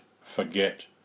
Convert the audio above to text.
forget